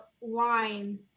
wine